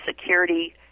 security